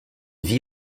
vie